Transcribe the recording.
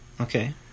Okay